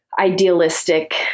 idealistic